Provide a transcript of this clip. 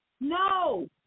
no